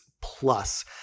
plus